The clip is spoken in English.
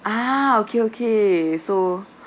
ah okay okay so